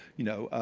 you know,